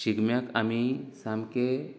शिगम्याक आमी सामकें